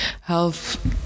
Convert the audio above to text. health